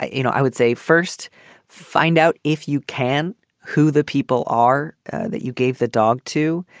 ah you know, i would say first find out if you can who the people are that you gave the dog to.